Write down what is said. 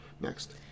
Next